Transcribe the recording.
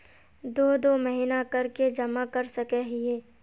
दो दो महीना कर के जमा कर सके हिये?